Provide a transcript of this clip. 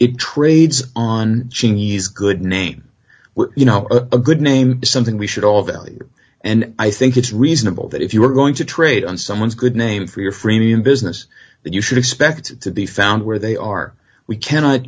it trades on cheney's good name you know a good name something we should all value and i think it's reasonable that if you're going to trade on someone's good name for your freemium business that you should expect to be found where they are we cannot